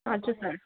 हजुर सर